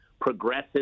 progressive